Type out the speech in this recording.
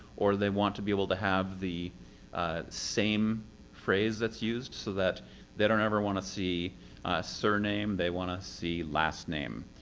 or they want to be able to have the same phrase that's used, so that they don't ever want to see surname. they want to see last name.